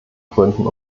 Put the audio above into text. gründen